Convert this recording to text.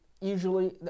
usually